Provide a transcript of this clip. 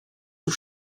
zur